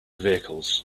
vehicles